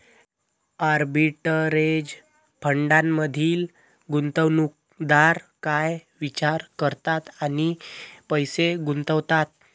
Arbitrage फंडांमधील गुंतवणूकदार काय विचार करतात आणि पैसे गुंतवतात?